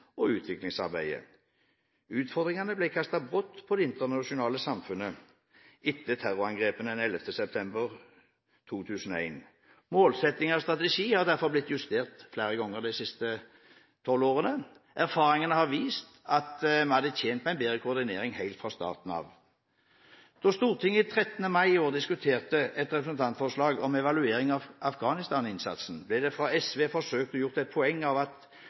og utviklingsarbeidet. Utfordringene ble kastet brått på det internasjonale samfunnet etter terrorangrepene den 11. september 2001. Målsettinger og strategi har derfor blitt justert flere ganger de siste tolv årene. Erfaringen har vist at vi hadde tjent på en bedre koordinering helt fra starten av. Da Stortinget 13. mai i år diskuterte et representantforslag om evaluering av Afghanistan-innsatsen, ble det fra SV forsøkt gjort et poeng av at